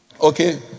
Okay